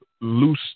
loose